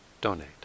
donate